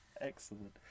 excellent